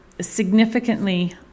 significantly